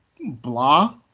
blah